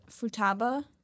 Futaba